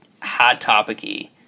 hot-topic-y